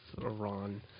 Iran